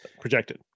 Projected